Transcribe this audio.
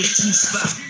two-spot